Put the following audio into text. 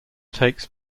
takes